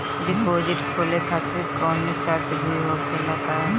Deposit खोले खातिर कौनो शर्त भी होखेला का?